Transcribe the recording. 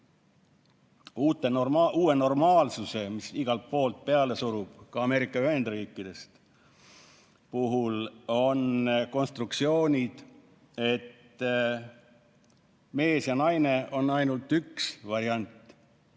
Uue normaalsuse puhul, mis igalt poolt peale surub, ka Ameerika Ühendriikidest, on konstruktsioonid "mees ja naine" ainult üks variant,